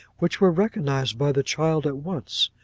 which were recognised by the child at once,